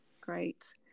Great